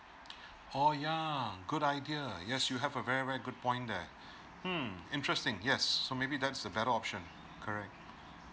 oh yeah good idea yes you have a very very good point there mm interesting yes so maybe that's a better option correct